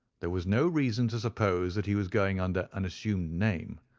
there was no reason to suppose that he was going under an assumed name.